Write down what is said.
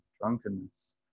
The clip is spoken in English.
drunkenness